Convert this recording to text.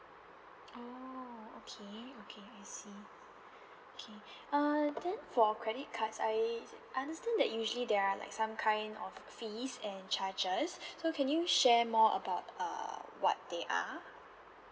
orh okay okay I see okay uh then for credit cards as I understand that usually there are like some kind of fees and charges so can you share more about err what they are